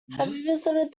visited